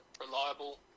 reliable